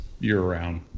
year-round